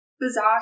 bizarre